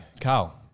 Carl